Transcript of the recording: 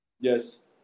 Yes